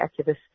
activists